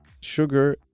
sugar